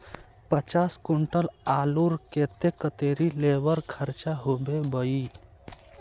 पचास कुंटल आलूर केते कतेरी लेबर खर्चा होबे बई?